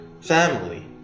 family